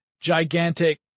gigantic